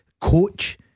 coach